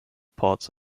parts